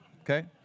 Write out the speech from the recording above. okay